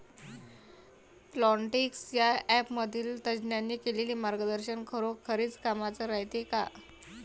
Plantix या ॲपमधील तज्ज्ञांनी केलेली मार्गदर्शन खरोखरीच कामाचं रायते का?